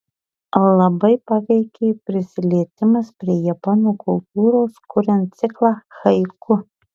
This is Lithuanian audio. labai paveikė prisilietimas prie japonų kultūros kuriant ciklą haiku